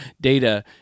data